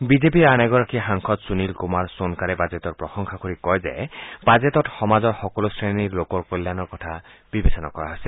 বিজেপিৰ আন এগৰাকী সাংসদ সুনীল কুমাৰ সোনকাৰে বাজেটৰ প্ৰশংসা কৰি কয় যে বাজেটত সমাজৰ সকলো শ্ৰেণীৰ লোকৰ কল্যাণৰ কথা বিবেচনা কৰা হৈছে